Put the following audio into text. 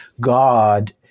God